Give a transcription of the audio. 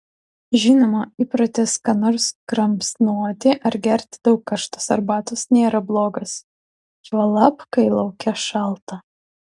žinoma įprotis ką nors kramsnoti ar gerti daug karštos arbatos nėra blogas juolab kai lauke šalta